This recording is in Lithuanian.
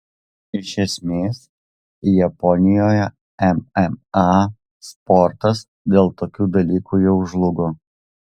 iš esmės japonijoje mma sportas dėl tokių dalykų jau žlugo